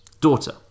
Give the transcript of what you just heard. daughter